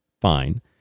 Fine